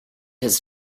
his